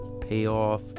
payoff